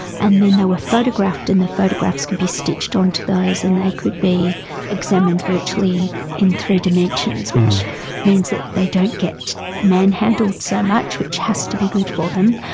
and then they were photographed and the photographs could be stitched onto those and they could be examined virtually in three dimensions, which means that they don't get manhandled so much, which has to be good for them.